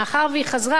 מאחר שהיא חזרה.